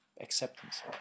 acceptance